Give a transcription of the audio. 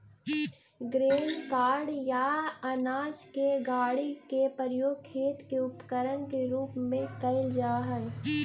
grain cart या अनाज के गाड़ी के प्रयोग खेत के उपकरण के रूप में कईल जा हई